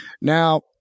Now